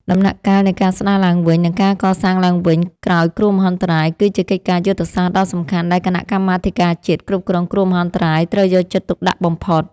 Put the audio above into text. ដំណាក់កាលនៃការស្ដារឡើងវិញ និងការកសាងឡើងវិញក្រោយគ្រោះមហន្តរាយ គឺជាកិច្ចការយុទ្ធសាស្ត្រដ៏សំខាន់ដែលគណៈកម្មាធិការជាតិគ្រប់គ្រងគ្រោះមហន្តរាយត្រូវយកចិត្តទុកដាក់បំផុត។